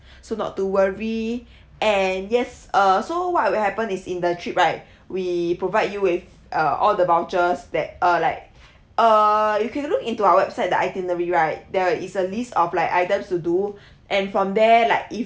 so not to worry and yes uh so what will happen is in the trip right we provide you with uh all the vouchers that uh like err you can look into our website the itinerary right there is a list of like items to do and from there like if